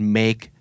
make